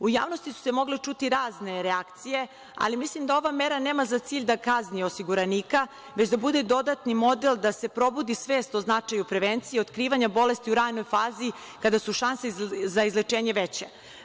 U javnosti su se mogle čuti razne reakcije, ali mislim da ova mera nema za cilj da kazni osiguranika, već da bude dodatni model da se probudi svest o zanačaju prevencije otkrivanja bolesti u ranoj fazi, kada su šanse za izlečenje veće.